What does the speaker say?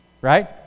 right